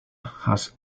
has